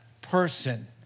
person